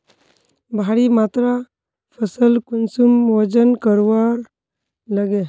भारी मात्रा फसल कुंसम वजन करवार लगे?